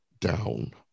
down